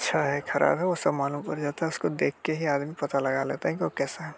अच्छा है ख़राब है वो मालूम पड़ जाता है उसको देख के ही आदमी पता लगा लेता है कि वो कैसा है